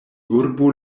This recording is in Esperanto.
urbo